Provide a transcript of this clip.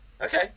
okay